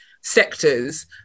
sectors